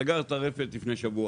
סגר את הרפת לפני שבוע.